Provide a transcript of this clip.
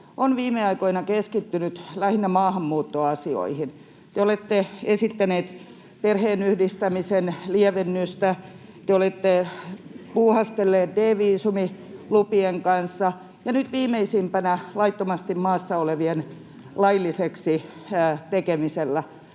on viime aikoina keskittynyt lähinnä maahanmuuttoasioihin. Te olette esittäneet perheenyhdistämisen lievennystä, te olette puuhastelleet D-viisumilupien kanssa, ja nyt viimeisimpänä laittomasti maassa olevien lailliseksi tekemisellä.